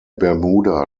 bermuda